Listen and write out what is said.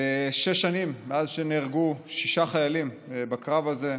שש שנים מאז נהרגו שישה חיילים בקרב הזה,